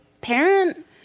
parent